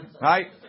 Right